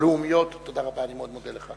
הלאומיות יעלה על הבמה